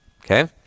Okay